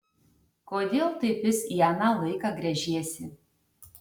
kodėl taip vis į aną laiką gręžiesi